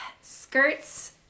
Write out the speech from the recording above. skirts